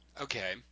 Okay